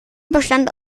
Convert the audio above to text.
bestand